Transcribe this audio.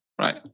right